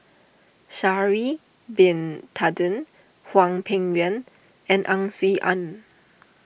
Sha'ari Bin Tadin Hwang Peng Yuan and Ang Swee Aun